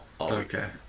okay